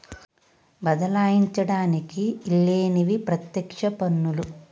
బదలాయించడానికి ఈల్లేనివి పత్యక్ష పన్నులు